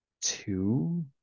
two